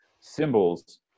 symbols